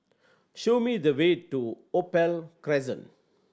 show me the way to Opal Crescent